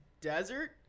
desert